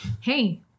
hey